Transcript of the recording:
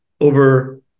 over